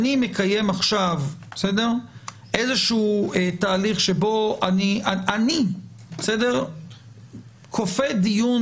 אני מקיים עכשיו תהליך שבו אני כופה דיון